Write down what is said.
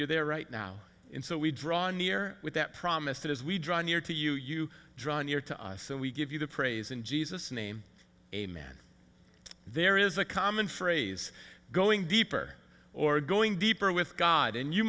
you're there right now and so we draw near with that promise that as we draw near to you you draw near to us and we give you the praise in jesus name amen there is a common phrase going deeper or going deeper with god and you